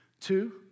Two